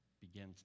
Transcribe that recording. begins